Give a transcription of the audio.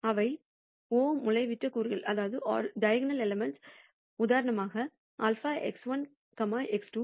அவை o மூலைவிட்ட கூறுகள் உதாரணமாக σ x1 x2